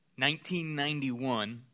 1991